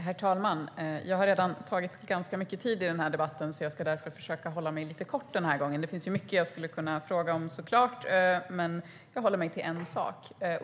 Herr talman! Jag har redan tagit ganska mycket tid i den här debatten i anspråk, så jag ska därför försöka fatta mig lite kort. Det finns mycket jag skulle kunna fråga om, men jag håller mig till en sak.